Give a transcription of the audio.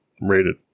rated